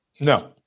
No